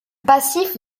passif